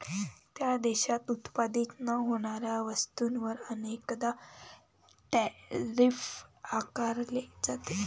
त्या देशात उत्पादित न होणाऱ्या वस्तूंवर अनेकदा टैरिफ आकारले जाते